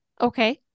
Okay